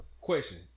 Question